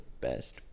best